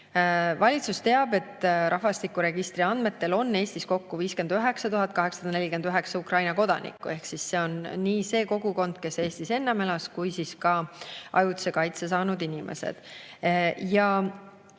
Valitsus teab, et rahvastikuregistri andmetel on Eestis kokku 59 849 Ukraina kodanikku. See on nii see kogukond, kes Eestis enne elas, kui ka ajutise kaitse saanud inimesed. Ja